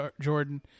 Jordan